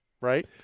right